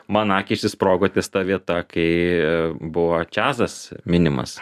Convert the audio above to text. man akys išsprogo ties ta vieta kai buvo čiazas minimas